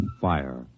fire